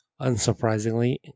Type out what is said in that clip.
unsurprisingly